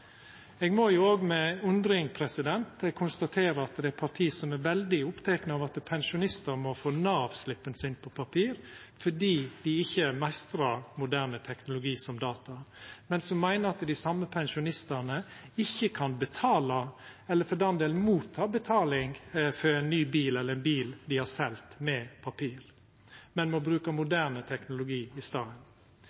Eg må òg med undring konstatera at det er parti som er veldig opptekne av at pensjonistar må få Nav-slippen sin på papir fordi dei ikkje meistrar moderne teknologi som data, men som meiner at dei same pensjonistane ikkje kan betala, eller for den del ta imot betaling for ein ny bil, eller ein bil dei har selt, med papir, men må bruka